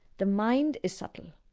the mind is subtle.